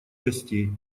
гостей